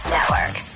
Network